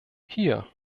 hier